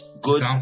good